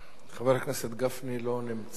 חבר הכנסת גפני, לא נמצא.